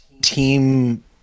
team –